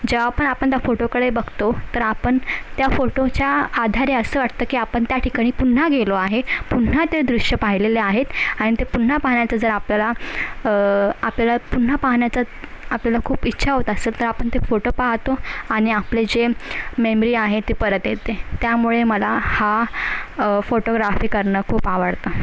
जेव्हा पण आपण त्या फोटोकडे बघतो तर आपण त्या फोटोच्या आधारे असं वाटतं की आपण त्या ठिकाणी पुन्हा गेलो आहे पुन्हा ते दृश्य पाहिलेले आहेत आणि ते पुन्हा पाहण्याचं जर आपल्याला आपल्याला पुन्हा पाहण्याचा आपल्याला खूप इच्छा होत असलं तर आपण ते फोटो पाहतो आणि आपले जे मेमरी आहे ती परत येते त्यामुळे मला हा फोटोग्राफी करणं खूप आवडतं